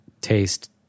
taste